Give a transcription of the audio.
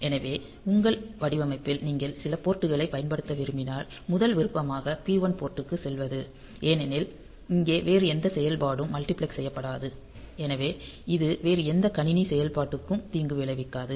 எனவே உங்கள் வடிவமைப்பில் நீங்கள் சில போர்ட் களைப் பயன்படுத்த விரும்பினால் முதல் விருப்பமாக P1 போர்ட் க்குச் செல்வது ஏனெனில் இங்கே வேறு எந்த செயல்பாடும் மல்டிபிளெக்ஸ் செய்யப்படாது எனவே இது வேறு எந்த கணினி செயல்பாட்டிற்கும் தீங்கு விளைவிக்காது